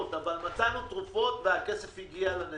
אבל מצאנו תרופות והכסף הגיע לניצולים.